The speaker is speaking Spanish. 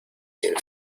sin